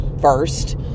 first